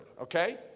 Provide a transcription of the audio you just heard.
Okay